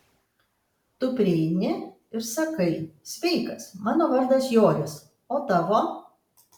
tu prieini ir sakai sveikas mano vardas joris o tavo